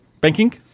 Banking